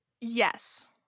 Yes